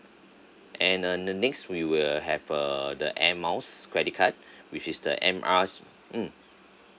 and uh the next we will have uh the air miles credit card which is the M_R's mm